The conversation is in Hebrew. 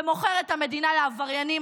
ומוכר את המדינה לעבריינים.